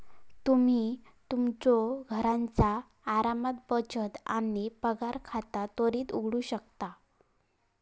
तुम्ही तुमच्यो घरचा आरामात बचत आणि पगार खाता त्वरित उघडू शकता